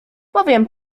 powiem